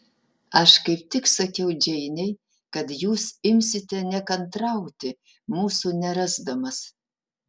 aš kaip tik sakiau džeinei kad jūs imsite nekantrauti mūsų nerasdamas